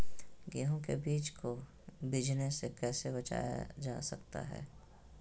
गेंहू के बीज को बिझने से कैसे बचाया जा सकता है?